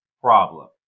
problem